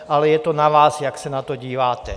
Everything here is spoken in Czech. Ale je to na vás, jak se na to díváte.